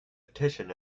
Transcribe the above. petition